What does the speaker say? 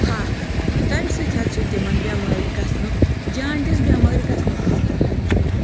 پھَکھ تَمہِ سۭتۍ حظ چھِ تِمَن بؠمٲرۍ گَژھنُک جانٛڈِس بؠمٲرۍ گَژھنُک خطرٕ حظ چھُ